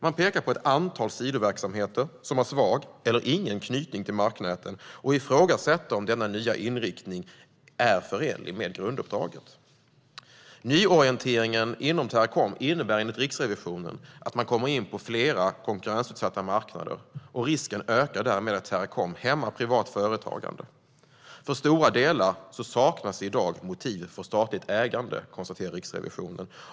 Man pekar på ett antal sidoverksamheter som har svag eller ingen knytning till marknäten och ifrågasätter om denna nya inriktning är förenlig med grunduppdraget. Nyorienteringen inom Teracom innebär enligt Riksrevisionen att man kommer in på flera konkurrensutsatta marknader, och risken för att Teracom hämmar privat företagande ökar därmed. För stora delar saknas i dag motiv för statligt ägande, konstaterar Riksrevisionen.